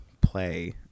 play